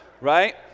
right